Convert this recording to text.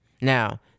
Now